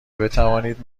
بتوانید